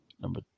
number